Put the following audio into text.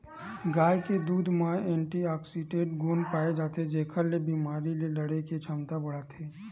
गाय के दूद म एंटीऑक्सीडेंट गुन पाए जाथे जेखर ले बेमारी ले लड़े के छमता बाड़थे